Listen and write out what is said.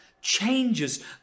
changes